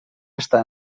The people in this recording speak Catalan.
estar